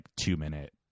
two-minute